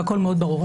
והכול מאוד ברור.